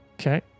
Okay